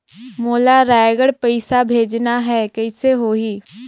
मोला रायगढ़ पइसा भेजना हैं, कइसे होही?